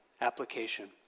Application